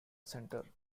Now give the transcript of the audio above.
centre